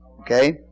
okay